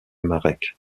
marek